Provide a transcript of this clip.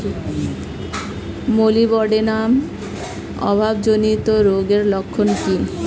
Molybdenum অভাবজনিত রোগের লক্ষণ কি কি?